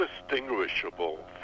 indistinguishable